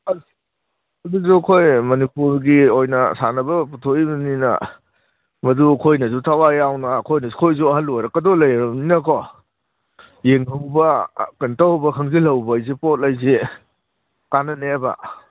ꯑꯗꯨꯁꯨ ꯑꯩꯈꯣꯏ ꯃꯅꯤꯄꯨꯔꯒꯤ ꯑꯣꯏꯅ ꯁꯥꯟꯅꯕ ꯄꯨꯊꯣꯛꯏꯕꯅꯤꯅ ꯃꯗꯨ ꯑꯩꯈꯣꯏꯅꯁꯨ ꯊꯋꯥꯏ ꯌꯥꯎꯅ ꯑꯩꯈꯣꯏꯁꯨ ꯑꯍꯜ ꯑꯣꯏꯔꯛꯀꯗꯧ ꯂꯩꯔꯕꯅꯤꯅꯀꯣ ꯌꯦꯡꯍꯧꯕ ꯀꯩꯅꯣ ꯇꯧꯅꯕ ꯈꯪꯖꯤꯜꯍꯧꯕ ꯄꯣꯠ ꯑꯁꯦ ꯀꯥꯟꯅꯅꯦꯕ